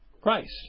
Christ